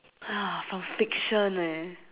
uh from fiction eh